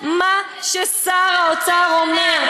כששר האוצר יצא, שנה.